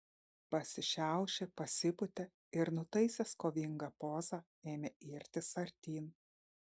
pasišiaušė pasipūtė ir nutaisęs kovingą pozą ėmė irtis artyn